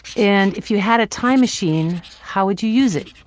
and if you had a time machine how would you use it?